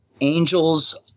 Angel's